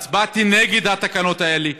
הצבעתי נגד התקנות האלה,